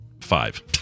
five